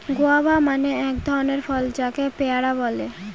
guava মানে এক ধরনের ফল যাকে পেয়ারা বলে